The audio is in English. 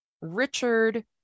Richard